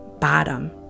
bottom